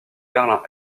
berlin